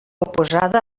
oposada